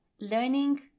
learning